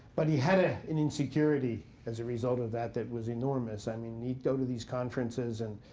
but he had ah an insecurity as a result of that that was enormous. i mean, he'd go to these conferences and